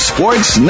Sports